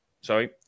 sorry